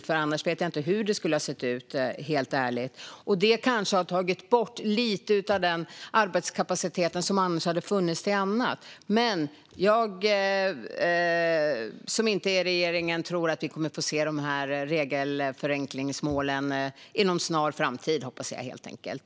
Annars vet jag, helt ärligt, inte hur det skulle ha sett ut. Detta har kanske tagit bort lite av den arbetskapacitet som annars hade funnits till annat. Men jag, som inte är regeringen, tror att vi kommer att få se regelförenklingsmålen inom en snar framtid. Det hoppas jag, helt enkelt.